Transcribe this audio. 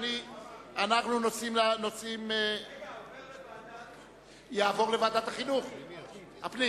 הנושא יעבור לוועדת הפנים